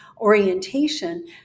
orientation